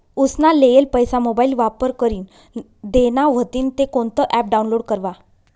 उसना लेयेल पैसा मोबाईल वापर करीन देना व्हतीन ते कोणतं ॲप डाऊनलोड करवा?